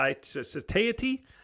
satiety